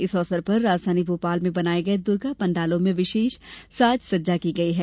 इस अवसर पर राजधानी भोपाल में बनाये गये दर्गा पंडालों में विशेष साज सज्जा की गई है